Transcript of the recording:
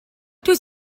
dwyt